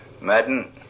Madden